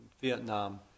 Vietnam